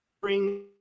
bring